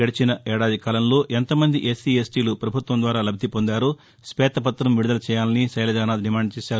గడిచిన ఏడాది కాలంలో ఎంతమంది ఎస్సీ ఎస్టీలు పభుత్వం ద్వారా లబ్ది పొందారో శ్వేతపుతం విడుదల చేయాలని శైలజానాథ్ డిమాండ్ చేశారు